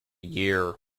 year